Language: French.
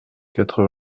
quatre